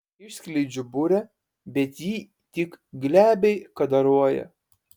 išskleidžiu burę bet ji tik glebiai kadaruoja